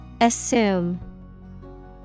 Assume